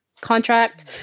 contract